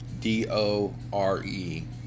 D-O-R-E